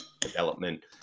development